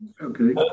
Okay